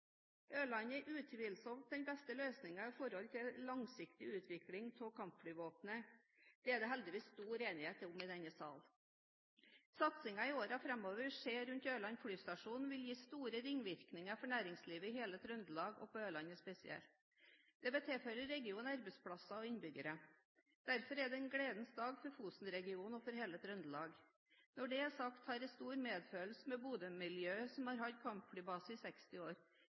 Ørland er utvilsomt den beste løsningen med hensyn til langsiktig utvikling av kampflyvåpenet. Det er det heldigvis stor enighet om i denne sal. Satsingen som i årene framover skjer rundt Ørland flystasjon, vil gi store ringvirkninger for næringslivet i hele Trøndelag, og på Ørland spesielt. Det vil tilføre regionen arbeidsplasser og innbyggere. Derfor er det en gledens dag for Fosen-regionen og for hele Trøndelag. Når det er sagt, har jeg stor medfølelse med Bodø-miljøet, som har hatt kampflybase i 60 år.